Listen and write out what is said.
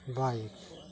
bike